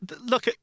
look